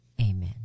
amen